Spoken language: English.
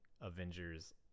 Avengers